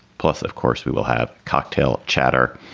plus, of course, we will have cocktail chatter.